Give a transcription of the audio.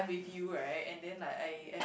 with you right and then like I am